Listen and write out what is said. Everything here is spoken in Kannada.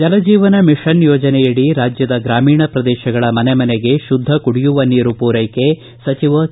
ಜಲಜೀವನ ಮಿಷನ್ ಯೋಜನೆಯಡಿ ರಾಜ್ಯದ ಗ್ರಾಮೀಣ ಪ್ರದೇಶಗಳ ಮನೆಮನೆಗೆ ಶುದ್ದ ಕುಡಿಯುವ ನೀರು ಪೂರೈಕೆ ಸಚಿವ ಕೆ